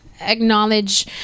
acknowledge